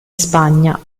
spagna